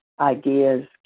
ideas